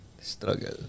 Struggle